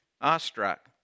awestruck